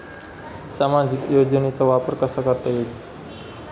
सामाजिक योजनेचा वापर कसा करता येईल?